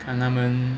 看他们